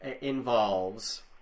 involves